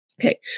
Okay